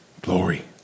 glory